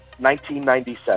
1997